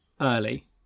early